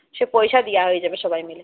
সে পয়সা দেওয়া হয়ে যাবে সবাই মিলে